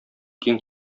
киң